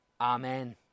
Amen